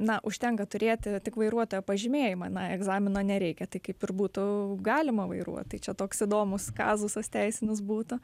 na užtenka turėti tik vairuotojo pažymėjimą na egzamino nereikia tai kaip ir būtų galima vairuot tai čia toks įdomus kazusas teisinis būtų